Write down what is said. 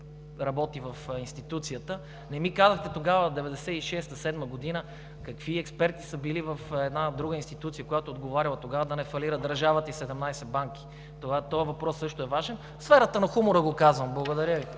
Господин Манев, Вие не ми казахте тогава, 1996 – 1997 г., какви експерти са били в една друга институция, която е отговаряла тогава да не фалира държавата и 17 банки. Този въпрос също е важен. В сферата на хумора го казвам. Благодаря Ви.